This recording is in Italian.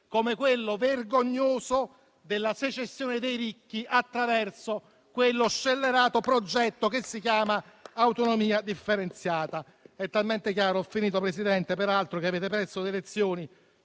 come quello vergognoso della secessione dei ricchi attraverso quello scellerato progetto che si chiama autonomia differenziata. È talmente chiaro, peraltro, che avete perso le elezioni,